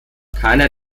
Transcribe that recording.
keiner